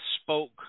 spoke